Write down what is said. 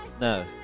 No